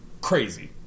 crazy